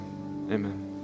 Amen